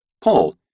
Paul